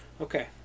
Okay